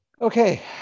Okay